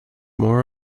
more